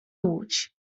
łódź